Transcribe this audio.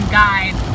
guide